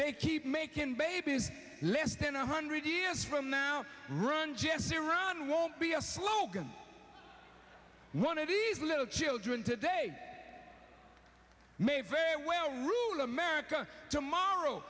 they keep making babies less than a hundred years from now run jesse run won't be a slogan one of these little children today that may very well rule america tomorrow